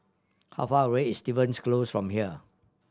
how far away is Stevens Close from here